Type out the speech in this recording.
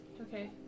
Okay